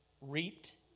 reaped